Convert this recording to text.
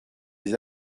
des